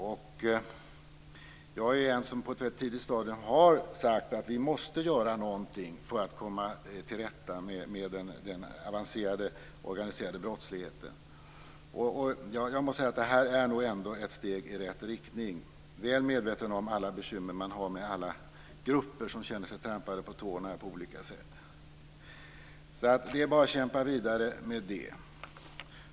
Jag är en av dem som på ett mycket tidigt stadium har sagt att vi måste göra någonting för att komma till rätta med den avancerade organiserade brottsligheten. Jag måste säga att detta ändå är ett steg i rätt riktning, väl medveten om alla bekymmer man har med alla grupper som känner sig trampade på tårna på olika sätt. Det är bara att kämpa vidare med det.